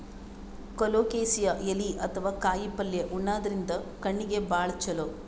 colocasia ಎಲಿ ಅಥವಾ ಕಾಯಿಪಲ್ಯ ಉಣಾದ್ರಿನ್ದ ಕಣ್ಣಿಗ್ ಭಾಳ್ ಛಲೋ